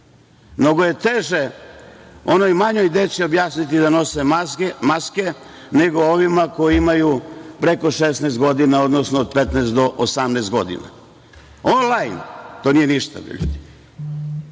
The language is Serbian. Mnogo je teže onoj manjoj deci objasniti da nose maske nego ovima koji imaju preko 16 godina, odnosno od 15 do 18 godina. On-lajn, to nije ništa, ljudi.